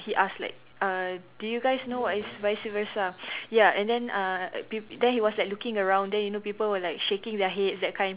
he asked like uh do you guys know what is vice-versa ya and then uh like peop~ then he was like looking around then you know people were like shaking their heads that kind